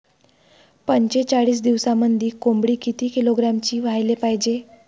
पंचेचाळीस दिवसामंदी कोंबडी किती किलोग्रॅमची व्हायले पाहीजे?